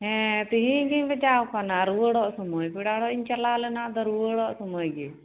ᱦᱮᱸ ᱛᱤᱦᱤᱧ ᱜᱮᱧ ᱵᱟᱡᱟᱣ ᱟᱠᱟᱱᱟ ᱨᱩᱭᱟᱹᱲᱚᱜ ᱥᱚᱢᱚᱭ ᱯᱮᱲᱟ ᱚᱲᱟᱜ ᱤᱧ ᱪᱟᱞᱟᱣ ᱞᱮᱱᱟ ᱟᱫᱚ ᱨᱩᱭᱟᱹᱲᱚᱜ ᱥᱳᱢᱚᱭ ᱜᱮ